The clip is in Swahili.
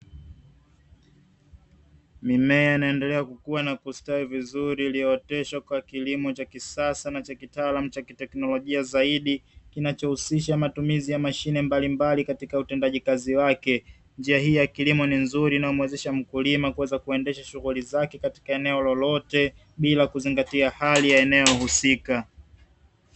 Mimea inayoendelea kukua na kustawi vizuri iliyooteshwa kwa kilimo cha kisasa na kitaalamu cha kiteknolojia zaidi, kinachohusisha matumizi ya mashine mbalimbali katika utendaji kazi wake. Njia hii ya kilimo ni nzuri inayowezesha mkulima kuendesha shughuli zake za kilimo katika eneo lolote bila kuzingatia hali ya eneo husika.